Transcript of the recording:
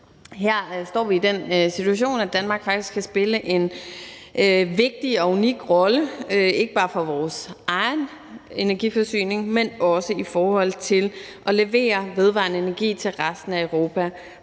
Her står vi i den situation, at Danmark faktisk kan spille en vigtig og unik rolle, ikke bare for vores egen energiforsyning, men også i forhold til at levere vedvarende energi til resten af Europa.